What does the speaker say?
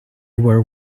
were